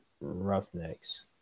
Roughnecks